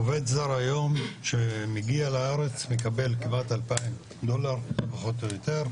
עובד זר שמגיע היום לארץ מקבל כמעט 2,000 דולר פחות או יותר,